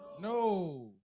No